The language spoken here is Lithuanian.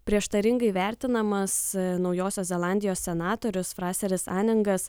prieštaringai vertinamas naujosios zelandijos senatorius fraseris aningas